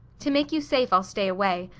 to make you safe i'll stay away,